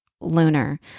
lunar